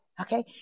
okay